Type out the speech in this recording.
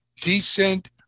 decent